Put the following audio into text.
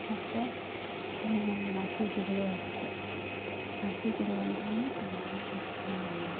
ಮತ್ತು ಮಸೀದಿಗಳು ಅಷ್ಟೆ ಮಸೀದಿಗಳು ಅಂದ್ರೂ ತುಂಬಾ ಇಷ್ಟ ನಮಗೆ